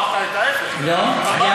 אמרת את ההפך, לא.